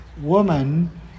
woman